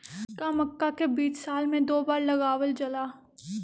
का मक्का के बीज साल में दो बार लगावल जला?